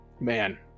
man